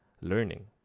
learning